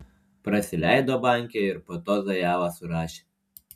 prasileido bankę ir po to zajavą surašė